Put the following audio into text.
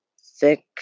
thick